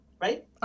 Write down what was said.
right